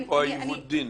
איפה עיוות הדין?